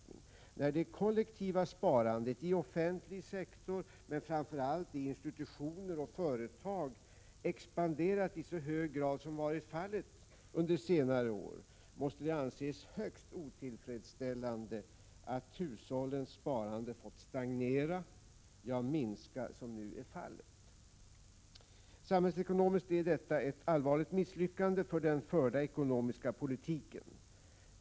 När det kollektiva sparandet i offentlig sektor, men framför allt i institutioner och företag expanderat i så hög grad som varit fallet under senare år, måste det anses högst otillfredsställande att hushållens sparande fått stagnera, ja, minska som nu är fallet. Samhällsekonomiskt är detta ett allvarligt misslyckande med den förda ekonomiska politiken.